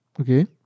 Okay